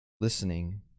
listening